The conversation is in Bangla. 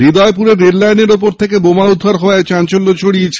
হৃদয়পুরে রেললাইনের ওপর থেকে বোমা উদ্ধার হওয়ায় চাঞ্চল্য ছড়িয়েছে